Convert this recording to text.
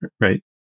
Right